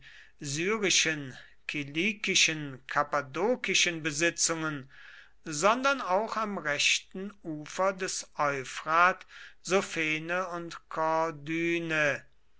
syrischen kilikischen kappadokischen besitzungen sondern auch am rechten ufer des euphrat sophene und